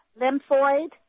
lymphoid